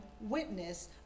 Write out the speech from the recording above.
witness